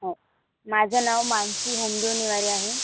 हो माझं नाव मानसी होमदेव नेवारे आहे